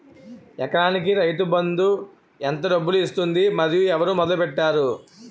ఎకరానికి రైతు బందు ఎంత డబ్బులు ఇస్తుంది? మరియు ఎవరు మొదల పెట్టారు?